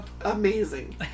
amazing